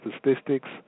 Statistics